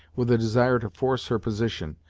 with a desire to force her position,